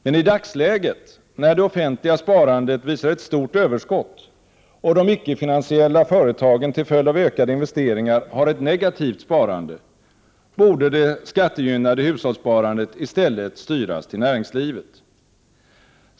Men i dagsläget, när det offentliga sparandet visar ett stort överskott och de ickefinansiella företagen till följd av ökade investeringar har ett negativt sparande, borde det skattegynnade hushållssparandet i stället styras till näringslivet.